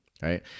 right